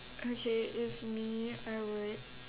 okay if me I would